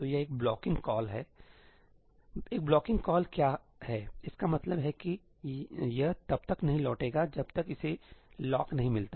तो यह एक ब्लॉकिंग कॉल हैएक ब्लॉकिंग कॉल क्या है इसका मतलब है कि यह तब तक नहीं लौटेगा जब तक इसे लॉक नहीं मिलता